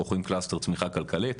בוחרים צמיחה כלכלית.